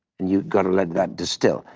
and you've gotta let that distill.